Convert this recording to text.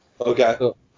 Okay